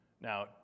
Now